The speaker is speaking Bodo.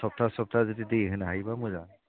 सप्ता सप्ता जुदि दै होनो हायोबा मोजां